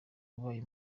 wabaye